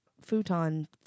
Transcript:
futon